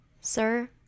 sir